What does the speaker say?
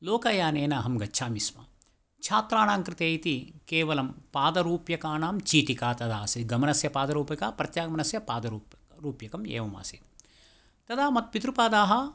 लोकयानेन अहं गच्छामि स्म छात्राणां कृते इति केवलं पादरूप्यकाणां चीटिका तदा आसीत् गमनस्य पादरूप्यका प्रत्यागमनस्य पादरूप्यका रूप्यकम् एवम् आसीत् तदा मत्पितृपादाः